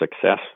success